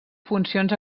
funcions